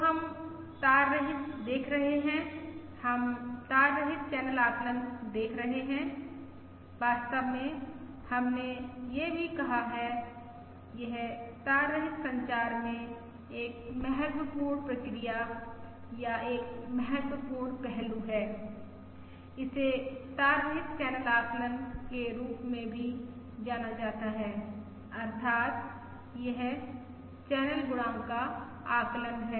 तो हम तार रहित देख रहे हैं हम तार रहित चैनल आकलन देख रहे हैं वास्तव में हमने यह भी कहा है यह तार रहित संचार में एक महत्वपूर्ण प्रक्रिया या एक महत्वपूर्ण पहलू है इसे तार रहित चैनल आकलन के रूप में जाना जाता है अर्थात् यह चैनल गुणांक का आकलन है